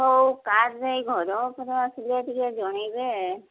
ହେଉ କାହାର ଏଇ ଘର ଫର ଆସିଲେ ଟିକେ ଜଣାଇବେ